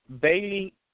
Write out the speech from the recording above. Bailey